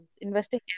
investing